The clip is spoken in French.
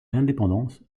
l’indépendance